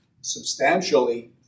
substantially